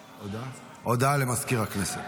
הודעה למזכיר הכנסת.